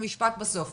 תודה על זכות